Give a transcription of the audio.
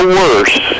worse